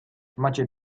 macie